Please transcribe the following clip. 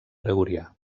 gregorià